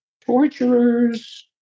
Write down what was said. torturers